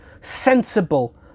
sensible